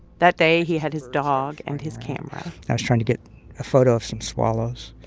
that day, he had his dog and his camera i was trying to get a photo of some swallows.